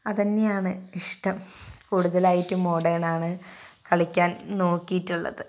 അത് തന്നെയാണ് ഇഷ്ടം കൂടുതലായിട്ടും മോഡേണാണ് കളിക്കാൻ നോക്കിയിട്ടുള്ളത്